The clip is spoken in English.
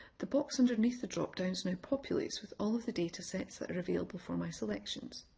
the box underneath the drop-downs now populates with all of the data sets that are available for my selections.